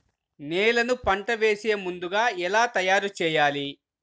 నేలను పంట వేసే ముందుగా ఎలా తయారుచేయాలి?